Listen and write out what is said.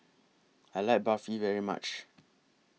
I like Barfi very much